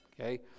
Okay